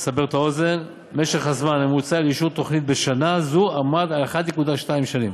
לסבר את האוזן: משך הזמן הממוצע לאישור תוכנית בשנה זו היה 1.2 שנה.